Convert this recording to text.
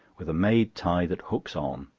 with a made tie that hooks on.